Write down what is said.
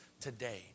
today